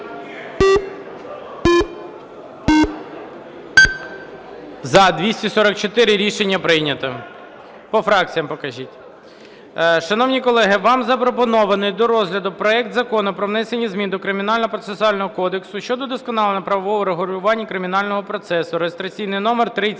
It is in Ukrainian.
За-244 Рішення прийнято. По фракціям покажіть. Шановні колеги, вам запропонований до розгляду проект Закону про внесення змін до Кримінально-процесуального кодексу (щодо вдосконалення правового регулювання кримінального процесу) (реєстраційний номер